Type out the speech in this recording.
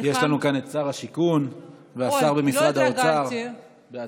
יש לנו כאן שר השיכון והשר במשרד האוצר בעצמו.